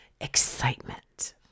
excitement